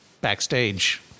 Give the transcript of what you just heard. backstage